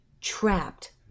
trapped